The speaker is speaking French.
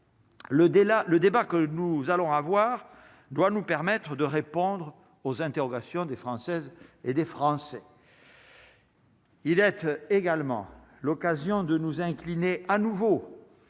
le débat que nous allons avoir doit nous permettre de répondre aux interrogations des Françaises et des Français. Il est également l'occasion de nous incliner à nouveau